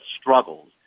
struggles